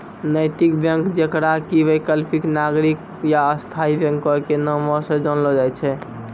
नैतिक बैंक जेकरा कि वैकल्पिक, नागरिक या स्थायी बैंको के नामो से जानलो जाय छै